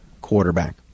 quarterback